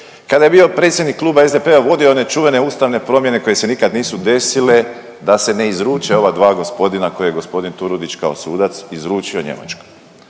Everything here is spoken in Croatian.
Kada je bio predsjednik Kluba SDP-a, vodio je one čuvene ustavne promjene koje se nikad nisu desile da se ne izruče ova dva gospodina koje je g. Turudić kao sudac izručio Njemačkoj.